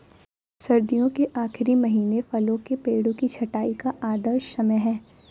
सर्दियों के आखिरी महीने फलों के पेड़ों की छंटाई का आदर्श समय है